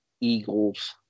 Eagles